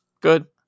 good